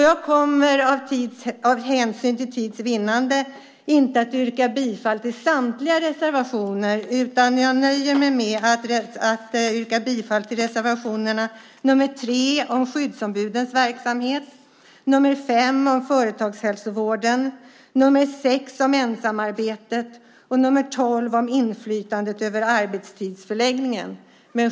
Jag kommer för tids vinnande inte att yrka bifall till samtliga reservationer, utan jag nöjer mig med att yrka bifall till reservationerna nr 3 om skyddsombudens verksamhet, nr 5 om företagshälsovården, nr 6 om ensamarbetet och nr 12 om inflytandet över arbetstidsförläggningen.